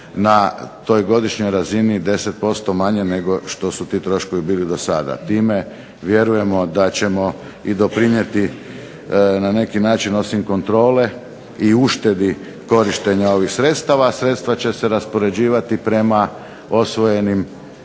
na godišnjoj razini 10% manje nego što su ti troškovi bili do sada. Time, vjerujemo da ćemo doprinijeti na neki način osim kontrole doprinijeti i uštedi korištenja ovih sredstava, sredstva će se raspoređivati prema osvojenim